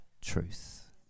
truth